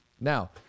Now